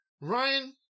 Ryan